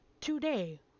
today